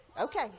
Okay